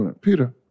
Peter